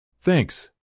Thanks